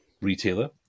retailer